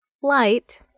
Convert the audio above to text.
flight